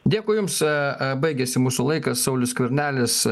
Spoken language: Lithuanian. dėkui jums esą baigėsi mūsų laikas saulius skvernelis